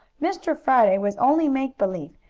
mr. friday was only make-believe,